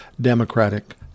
democratic